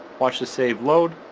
watch the save load,